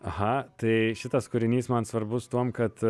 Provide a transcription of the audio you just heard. aha tai šitas kūrinys man svarbus tuom kad